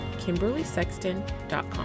KimberlySexton.com